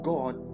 God